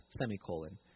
semicolon